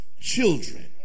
children